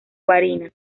barinas